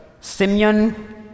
Simeon